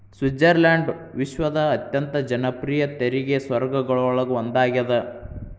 Switzerland ವಿಶ್ವದ ಅತ್ಯಂತ ಜನಪ್ರಿಯ ತೆರಿಗೆ ಸ್ವರ್ಗಗಳೊಳಗ ಒಂದಾಗ್ಯದ